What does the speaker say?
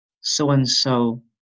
so-and-so